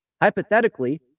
Hypothetically